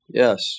yes